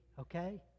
Okay